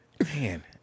Man